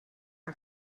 are